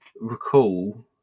recall